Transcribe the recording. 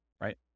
right